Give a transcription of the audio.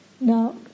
Now